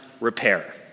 repair